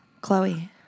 Chloe